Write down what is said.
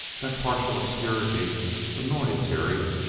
that partial obscurity annoyed terry.